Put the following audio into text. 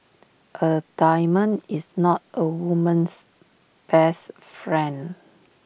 A diamond is not A woman's best friend